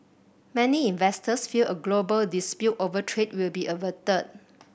many investors feel a global dispute over trade will be averted